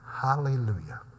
Hallelujah